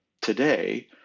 today